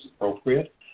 appropriate